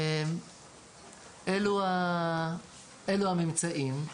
אלו הממצאים.